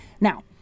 Now